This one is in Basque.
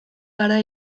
gara